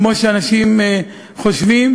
כמו שאנשים חושבים.